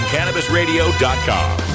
CannabisRadio.com